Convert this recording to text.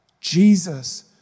Jesus